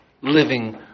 living